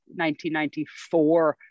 1994